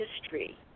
history